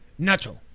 Nacho